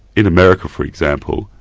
in america, for example,